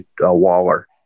Waller